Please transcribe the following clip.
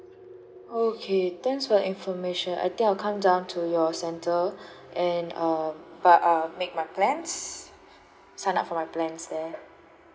okay thanks for the information I think I'll come down to your center and uh but um but I'll make my plans sign up for my plans there